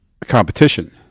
competition